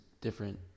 different